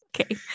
Okay